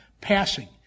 passing